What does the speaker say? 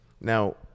Now